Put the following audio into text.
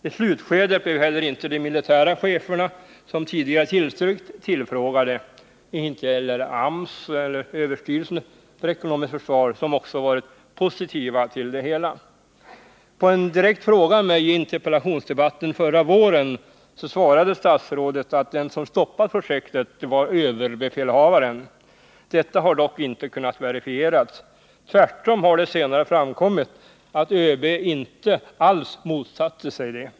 I slutskedet blev inte de militära chefer som tidigare tillstyrkt tillfrågade, inte heller AMS och överstyrelsen för ekonomiskt försvar, som också varit positiva till det hela. På en direkt fråga av mig i interpellationsdebatten förra våren svarade statsrådet att den som stoppat projektet var överbefälhavaren. Detta har dock inte kunnat verifieras. Tvärtom har det senare framkommit att ÖB inte alls motsatte sig projektet.